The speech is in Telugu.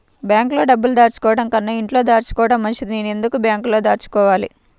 బ్యాంక్లో డబ్బులు దాచుకోవటంకన్నా ఇంట్లో దాచుకోవటం మంచిది నేను ఎందుకు బ్యాంక్లో దాచుకోవాలి?